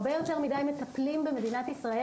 הרבה יותר מידי מטפלים במדינת ישראל,